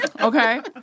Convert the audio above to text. Okay